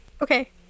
Okay